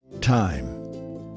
Time